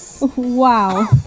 Wow